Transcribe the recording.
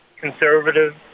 conservative